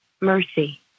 mercy